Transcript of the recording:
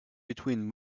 between